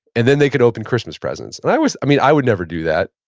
and then they could open christmas presents. and i was, i mean i would never do that,